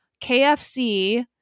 KFC